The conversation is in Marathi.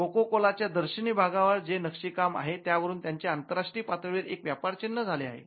कोका कोला च्या दर्शनी भागवर जे नक्षीकाम आहे त्या वरून त्यांचे आंतरराष्टीय पातळीवर एक व्यापार चिन्ह झाले आहे